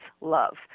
love